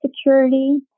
security